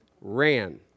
Ran